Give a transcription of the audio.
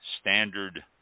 standard